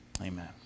Amen